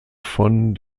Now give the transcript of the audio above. von